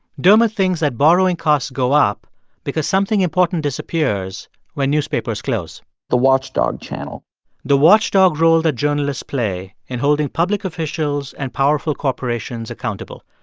dermot thinks that borrowing costs go up because something important disappears when newspapers close the watchdog channel the watchdog role that journalists play in holding public officials and powerful corporations accountable.